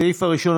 הסעיף הראשון,